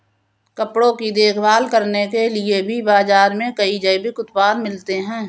कपड़ों की देखभाल करने के लिए भी बाज़ार में कई जैविक उत्पाद मिलते हैं